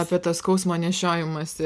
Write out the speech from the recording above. apie tą skausmo nešiojimąsi